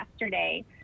yesterday